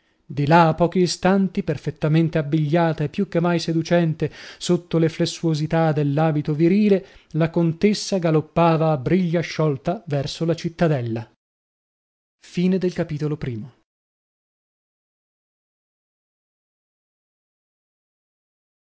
di là a pochi istanti perfettamente abbigliata e più che mai seducente sotto le flessuosità dell'abito virile la contessa galoppava a briglia sciolta verso la cittadella io